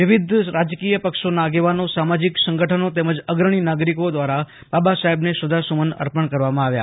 વિવિધ રાજકીય પક્ષોમાં આગેવાનો સામાજિક સંગઠનો તેમજ અગ્રણી નાગરીકો દ્વારા બાબાસોહબને શ્રધ્ધાસુમન અર્પણ કરવામાં આવ્યા